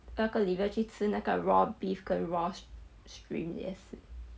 不要跟 lyvia 去吃那个 raw beef 跟 shri~ shrimp 也是